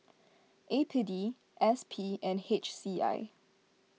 A P D S P and H C I